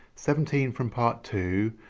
seventeen from part two,